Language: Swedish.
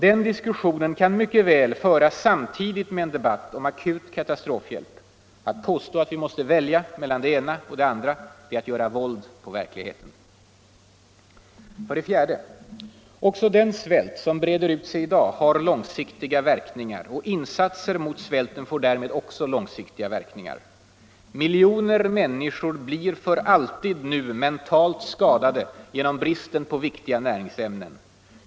Den diskussionen kan mycket väl föras samtidigt med en debatt om akut katastrofhjälp. Att påstå att vi måste välja mellan det ena och det andra är att göra våld på verkligheten. För det fjärde: också den svält som breder ut sig i dag har långsiktiga verkningar. Insatser mot svälten får därmed också långsiktiga verkningar. Miljoner människor blir nu för alltid mentalt skadade genom bristen på viktiga näringsämnen.